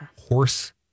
horse